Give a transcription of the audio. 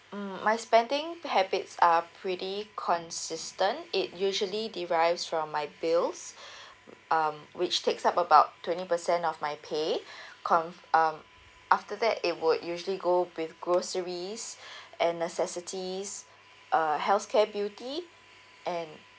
mm my spending habits are pretty consistent it usually derives from my bills um which takes up about twenty percent of my pay com~ um after that it would usually go with groceries and necessities uh healthcare beauty and